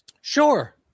sure